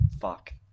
Fuck